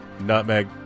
nutmeg